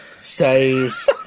Says